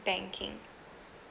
banking